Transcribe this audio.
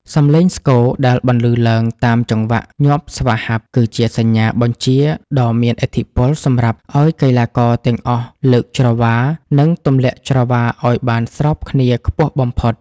សំឡេងស្គរដែលបន្លឺឡើងតាមចង្វាក់ញាប់ស្វាហាប់ គឺជាសញ្ញាបញ្ជាដ៏មានឥទ្ធិពលសម្រាប់ឱ្យកីឡាករទាំងអស់លើកច្រវា និងទម្លាក់ច្រវាឱ្យបានស្របគ្នាខ្ពស់បំផុត